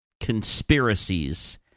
conspiracies